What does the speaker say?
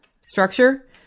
structure